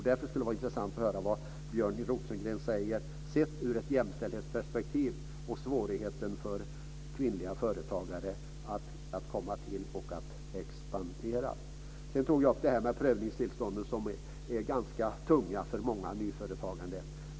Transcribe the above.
Därför skulle det vara intressant att höra vad Björn Rosengren, i ett jämställdhetsperspektiv, har att säga om svårigheterna för kvinnliga företagare att komma till och att expandera. Vidare tror jag att det här med prövningstillstånd är ganska tungt för många nyföretagare.